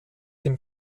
dem